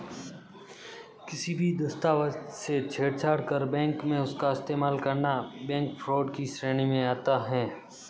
किसी भी दस्तावेज से छेड़छाड़ कर बैंक में उसका इस्तेमाल करना बैंक फ्रॉड की श्रेणी में आता है